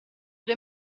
due